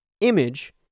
image